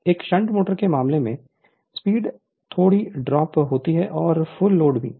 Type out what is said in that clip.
Refer Slide Time 2426 एक shunt motor के मामले में स्पीड थोड़ी ड्रॉप होती है और फुल लोड भी